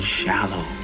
shallow